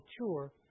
mature